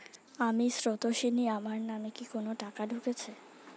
আমি স্রোতস্বিনী, আমার নামে কি কোনো টাকা ঢুকেছে?